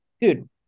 Dude